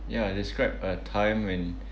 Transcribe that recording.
ya describe a time when